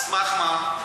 על סמך מה?